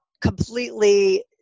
completely